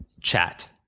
chat